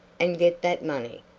and get that money.